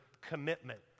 commitment